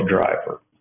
driver